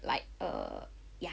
like err ya